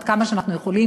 עד כמה שאנחנו יכולים,